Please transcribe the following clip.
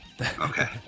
Okay